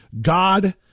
God